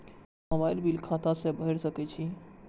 Mobile bill खाता से भेड़ सके छि?